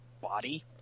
body